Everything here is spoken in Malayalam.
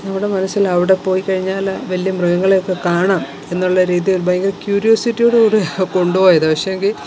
നമ്മുടെ മനസ്സിൽ അവിടെ പോയിക്കഴിഞ്ഞാൽ വലിയ മൃഗങ്ങളെയൊക്കെ കാണാം എന്നുള്ള ഒരു ഇത് ഭയങ്കര ക്യൂരിയോസിറ്റിയോടു കൂടിയാണ് കൊണ്ടുപോയത് പക്ഷെയെങ്കില്